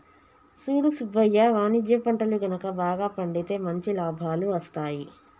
సూడు సుబ్బయ్య వాణిజ్య పంటలు గనుక బాగా పండితే మంచి లాభాలు అస్తాయి